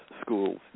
schools